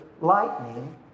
lightning